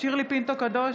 שירלי פינטו קדוש,